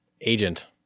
agent